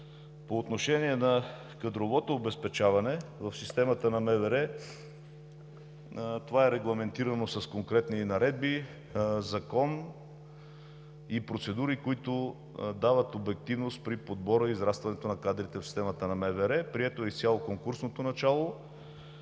По отношение на кадровото обезпечаване. В системата на МВР това е регламентирано с конкретни наредби, закон и процедури, които дават обективност при подбора и израстването на кадрите в системата на МВР. Прието е изцяло конкурсното начало.